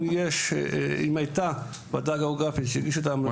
אם הייתה ועדה גיאוגרפית שהגישה את ההמלצות,